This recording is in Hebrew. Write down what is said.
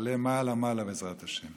תעלה מעלה מעלה, בעזרת השם.